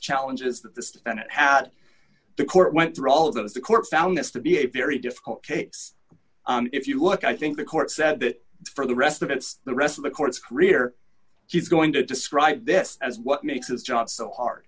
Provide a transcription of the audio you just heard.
challenges that this defendant had the court went through all of that as the court found this to be a very difficult case if you look i think the court said that for the rest of it's the rest of the court's career she's going to describe this as what makes is just so hard